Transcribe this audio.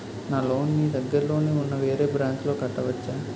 నా లోన్ నీ దగ్గర్లోని ఉన్న వేరే బ్రాంచ్ లో కట్టవచా?